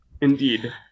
Indeed